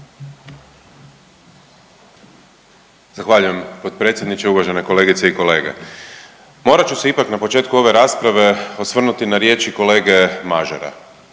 Zahvaljujem potpredsjedniče, uvažene kolegice i kolege. Morat ću se ipak na početku ove rasprave osvrnuti na riječi kolege Mažara